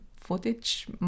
footage